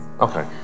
Okay